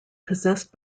possessed